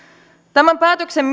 tämän päätöksen